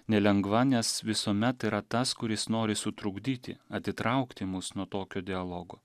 nelengva nes visuomet yra tas kuris nori sutrukdyti atitraukti mus nuo tokio dialogo